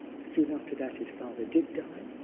soon after that, his father did die,